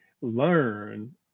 learn